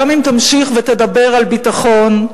גם אם תמשיך ותדבר על ביטחון,